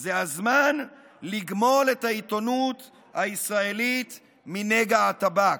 זה הזמן לגמול את העיתונות הישראלית מנגע הטבק.